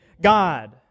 God